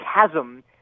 chasm